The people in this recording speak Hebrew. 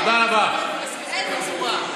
תודה רבה,